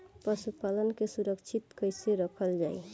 पशुपालन के सुरक्षित कैसे रखल जाई?